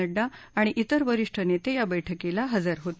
नङ्डा आणि विर वरिष्ठ नेते या बैठकीला हजर होते